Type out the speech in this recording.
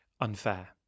unfair